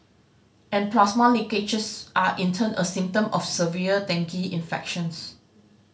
and plasma leakages are in turn a symptom of severe dengue infections